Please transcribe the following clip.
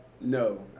No